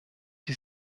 die